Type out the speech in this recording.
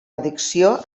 addicció